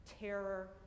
terror